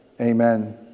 Amen